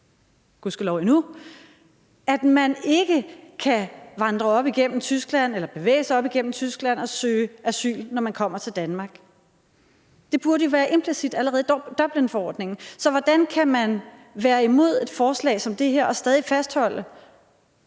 endnu ikke – at man ikke kan bevæge sig op igennem Tyskland og søge asyl, når man kommer til Danmark. Det burde jo være implicit allerede i Dublinforordningen. Så hvordan kan man være imod et forslag som det her og stadig fastholde,